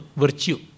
virtue